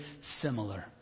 similar